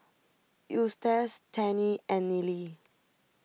Eustace Tennie and Nealie